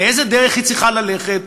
לאיזה דרך היא צריכה ללכת,